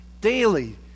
Daily